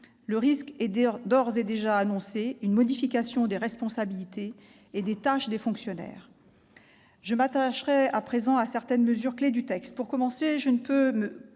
Le risque est d'ores et déjà annoncé : une modification des responsabilités et des tâches des fonctionnaires. Je m'attacherai à présent à certaines mesures clés du texte. Pour commencer, je ne peux